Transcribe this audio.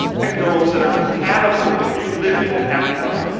pick goals that are compatible with you living a happy life.